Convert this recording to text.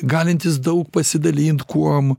galintis daug pasidalint kuom